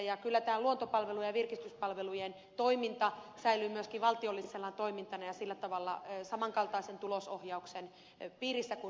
ja kyllä tämä luontopalvelujen ja virkistyspalvelujen toiminta säilyy myöskin valtiollisena toimintana ja sillä tavalla samankaltaisen tulosohjauksen piirissä kuin nykyäänkin